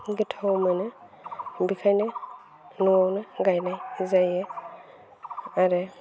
गोथाव मोनो बेखायनो न'आवनो गायनाय जायो आरो